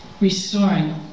restoring